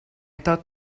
thought